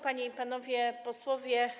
Panie i Panowie Posłowie!